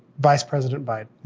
vice president biden.